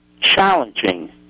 challenging